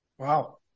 Wow